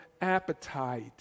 appetite